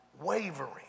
wavering